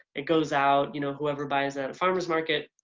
it goes out, you know whoever buys at a farmers market,